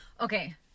Okay